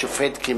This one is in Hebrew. השופט קימלמן.